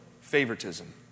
favoritism